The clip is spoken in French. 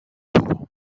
tour